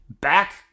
back